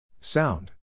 Sound